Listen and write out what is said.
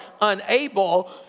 unable